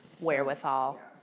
wherewithal